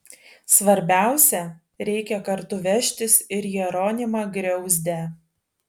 svarbiausia reikia kartu vežtis ir jeronimą griauzdę